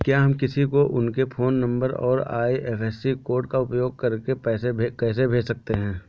क्या हम किसी को उनके फोन नंबर और आई.एफ.एस.सी कोड का उपयोग करके पैसे कैसे भेज सकते हैं?